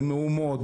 במהומות,